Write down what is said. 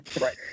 Right